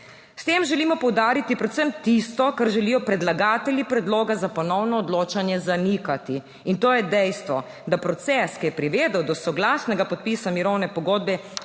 S tem želimo poudariti predvsem tisto, kar želijo predlagatelji predloga za ponovno odločanje zanikati, in to je dejstvo, da proces, ki je privedel do soglasnega podpisa mirovne pogodbe,